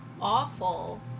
awful